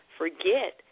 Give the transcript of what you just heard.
forget